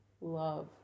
love